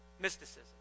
Mysticism